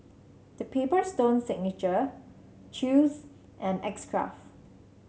The Paper Stone Signature Chew's and X Craft